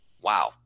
wow